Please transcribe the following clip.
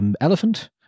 Elephant